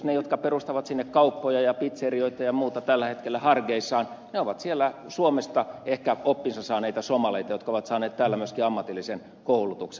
ne jotka perustavat sinne kauppoja ja pitserioita ja muuta tällä hetkellä hargeisaan ovat siellä suomesta ehkä oppinsa saaneita somaleita jotka ovat saaneet täällä myöskin ammatillisen koulutuksen